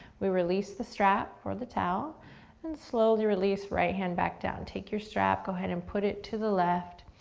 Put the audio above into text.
we release the strap or the towel and slowly release, right hand back down. take your strap, go ahead and put it to the left.